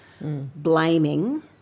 blaming